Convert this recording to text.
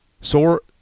Soar